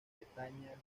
bretaña